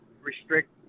restrict